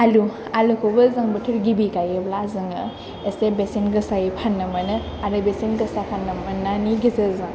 आलु आलुखौबो जों बोथोर गिबि गायोब्ला जोङो एसे बेसेन गोसायै फान्नो मोनो आरो बेसेन गोसा फान्नो मोननायनि गेजेरजों